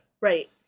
Right